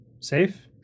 safe